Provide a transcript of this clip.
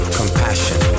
compassion